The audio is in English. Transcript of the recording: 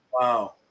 Wow